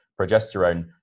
Progesterone